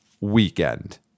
weekend